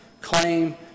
claim